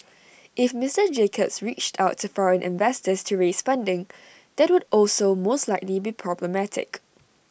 if Mister Jacobs reached out to foreign investors to raise funding that would also most likely be problematic